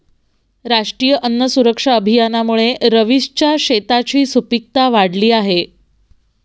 राष्ट्रीय अन्न सुरक्षा अभियानामुळे रवीशच्या शेताची सुपीकता वाढली आहे